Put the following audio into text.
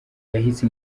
yahise